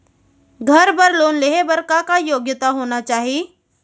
घर बर लोन लेहे बर का का योग्यता होना चाही?